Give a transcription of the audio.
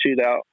shootout